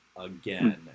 again